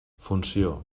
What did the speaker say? funció